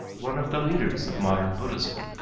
one of the leaders' of modern buddhism,